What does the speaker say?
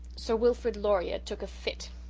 sir wilfrid laurier took a fit.